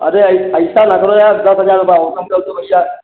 अरे यह ऐसे ना करो यार दस हज़ार रुपये और कम कर दो भैया